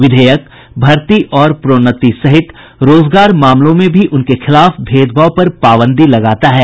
विधेयक भर्ती और प्रोन्नति सहित रोजगार मामलों में भी उनके खिलाफ भेदभाव पर पाबंदी लगाता है